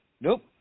Nope